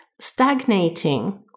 stagnating